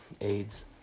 AIDS